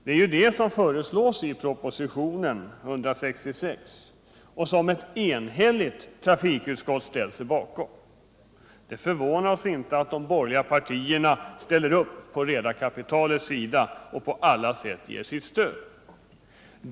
Det är ju det som föreslås i propositionen 1977/78:166 och som ett enhälligt trafikutskott ställt sig bakom. Det förvånar oss inte att de borgerliga partierna ställer upp på redarkapitalets sida och på alla sätt ger det sitt stöd.